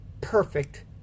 perfect